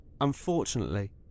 Unfortunately